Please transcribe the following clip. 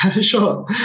Sure